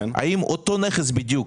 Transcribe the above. האם אותו נכס בדיוק,